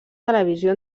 televisió